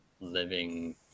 living